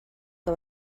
que